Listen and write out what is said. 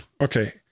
okay